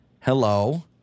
Hello